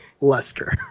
Lester